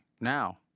now